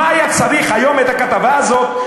מה היה צריך היום את הכתבה הזאת,